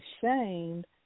shamed